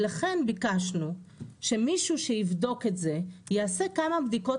לכן ביקשנו שמישהו שיבדוק את זה יעשה כמה בדיקות